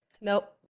nope